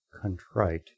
contrite